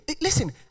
Listen